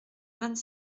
vingt